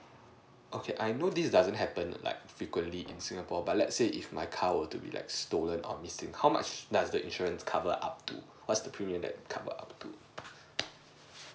okay I know this doesn't happen like frequently in singapore but let's say if my car would to be like stolen or missing how much does the insurance cover up to what's the premium that cover up to